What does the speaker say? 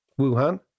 Wuhan